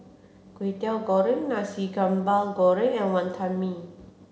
Kwetiau Goreng Nasi Sambal Goreng and Wonton Mee